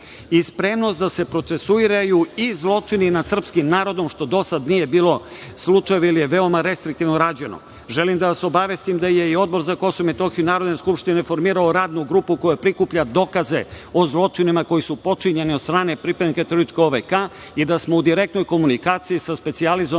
i spremnost da se procesuiraju i zločini nad srpskim narodom, što do sad nije bio slučaj jer je veoma restriktivno rađeno. Želim da vas obavestim da je i Odbor za Kosovo i Metohiju Narodne skupštine formirao Radnu grupu koja prikuplja dokaze o zločinima koji su počinjeni od strane pripadnika terorističke OVK i da smo u direktnoj komunikaciji sa Specijalizovanim